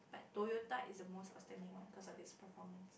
Toyota is the most outstanding one cause of it's performance